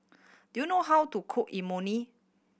do you know how to cook Imoni